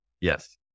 Yes